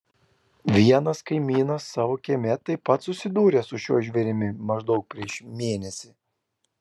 vienas kaimynas savo kieme taip pat susidūrė su šiuo žvėrimi maždaug prieš mėnesį